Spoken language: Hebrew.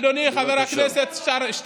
בבקשה.